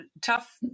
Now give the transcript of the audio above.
tough